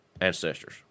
ancestors